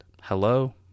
hello